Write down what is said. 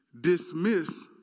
dismiss